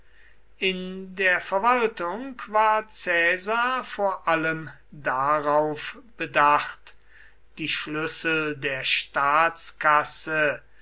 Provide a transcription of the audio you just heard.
in der verwaltung war caesar vor allem darauf bedacht die schlüssel der staatskasse